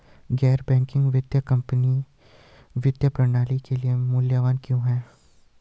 गैर बैंकिंग वित्तीय कंपनियाँ वित्तीय प्रणाली के लिए मूल्यवान क्यों हैं?